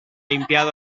limpiado